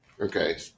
Okay